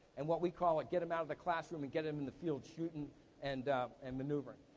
and what we call a get em outta the classroom and get em in the field shooting and and maneuvering.